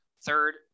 third